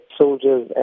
soldiers